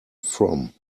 from